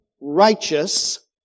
righteous